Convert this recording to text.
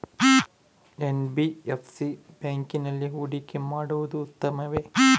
NBFC ಬ್ಯಾಂಕಿನಲ್ಲಿ ಹೂಡಿಕೆ ಮಾಡುವುದು ಉತ್ತಮವೆ?